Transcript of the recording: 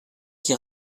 qui